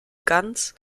ganz